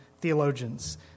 theologians